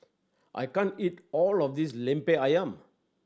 I can't eat all of this Lemper Ayam